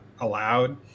allowed